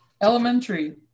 elementary